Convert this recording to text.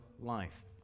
life